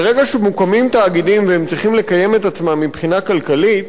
ברגע שמוקמים תאגידים והם צריכים לקיים את עצמם מבחינה כלכלית,